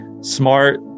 smart